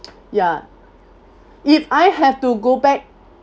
ya if I have to go back